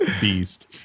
Beast